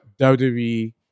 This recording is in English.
WWE